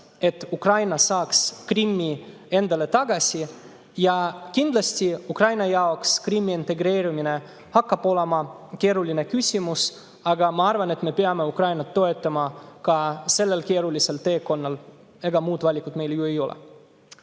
et Ukraina saaks Krimmi endale tagasi. Kindlasti Ukraina jaoks Krimmi integreerumine hakkab olema keeruline küsimus, aga ma arvan, et me peame Ukrainat toetama ka sellel keerulisel teekonnal, ega muud valikut meil ju ei ole.